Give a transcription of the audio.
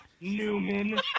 Newman